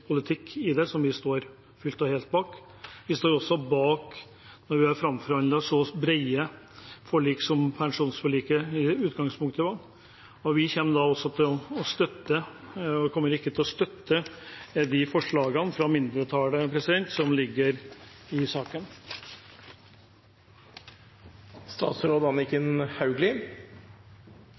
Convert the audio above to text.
som vi står helt og fullt bak. Vi står også bak det vi har framforhandlet i det brede forliket som pensjonsforliket i utgangspunktet var, og vi kommer ikke til å støtte